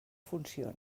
funciona